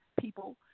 people